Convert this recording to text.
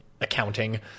accounting